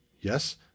Yes